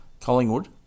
Collingwood